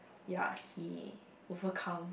ya he overcome